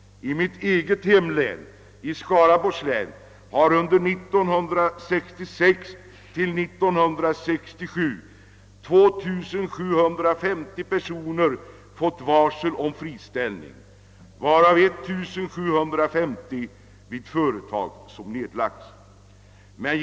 I mitt eget hemlän — Skaraborgs län — har under 1966—1967 2750 personer fått varsel om friställning, varav 1750 vid företag som nedlades.